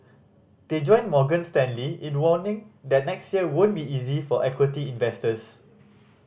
they join Morgan Stanley in warning that next year won't be easy for equity investors